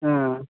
ஆ ஆ